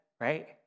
right